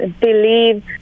believe